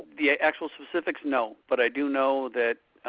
the actual specifics, no. but i do know that